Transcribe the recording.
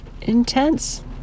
Intense